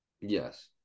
Yes